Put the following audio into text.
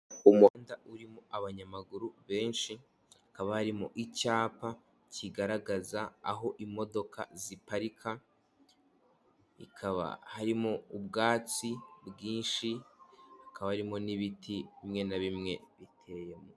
Umuhanda urimo abanyamaguru benshi hakaba harimo icyapa kigaragaza aho imodoka ziparika, ikaba harimo ubwatsi bwinshi hakaba harimo n'ibiti bimwe na bimwe biteyemo.